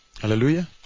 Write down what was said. Hallelujah